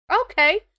Okay